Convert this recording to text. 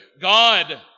God